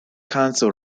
council